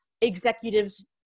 executives